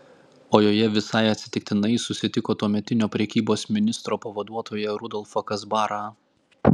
o joje visai atsitiktinai susitiko tuometinio prekybos ministro pavaduotoją rudolfą kazbarą